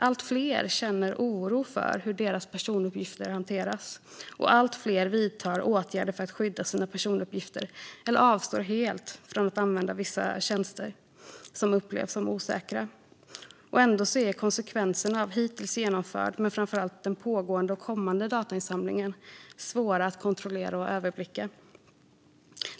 Allt fler känner oro för hur deras personuppgifter hanteras, och allt fler vidtar åtgärder för att skydda sina personuppgifter eller avstår helt från att använda vissa tjänster som upplevs som osäkra. Ändå är konsekvenserna av den hittills genomförda, men framför allt av den pågående och kommande, datainsamlingen svåra att kontrollera och överblicka.